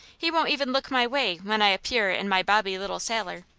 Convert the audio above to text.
he won't even look my way when i appear in my bobby little sailor.